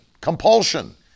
compulsion